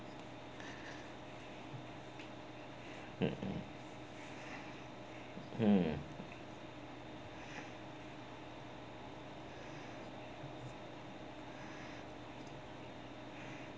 mm mm